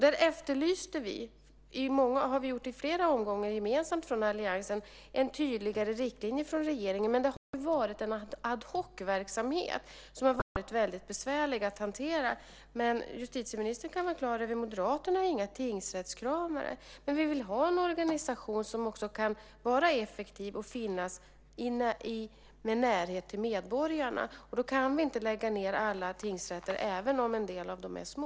Där har vi i flera omgångar gemensamt från alliansen efterlyst en tydligare riktlinje från regeringen. Det har varit en ad hoc verksamhet som varit väldigt besvärlig att hantera. Justitieministern kan vara klar över att Moderaterna inte är några tingsrättskramare. Men vi vill ha en organisation som också kan vara effektiv och finnas med närhet till medborgarna. Då kan vi inte lägga ned alla tingsrätter även om en del av dem är små.